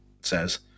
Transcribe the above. says